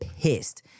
pissed